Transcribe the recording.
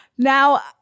Now